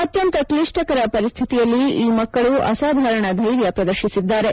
ಅತ್ಯಂತ ಕ್ಲಿಷ್ಠಕರ ಪರಿಸ್ಡಿತಿಯಲ್ಲಿ ಈ ಮಕ್ಕಳು ಅಸಾಧಾರಣ ಧೈರ್ಯ ಪ್ರದರ್ಶಿಸಿದ್ದಾರೆ